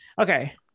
okay